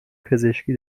پزشکی